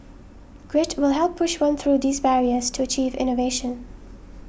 grit will help push one through these barriers to achieve innovation